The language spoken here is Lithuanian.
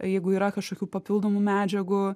jeigu yra kažkokių papildomų medžiagų